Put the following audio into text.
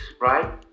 right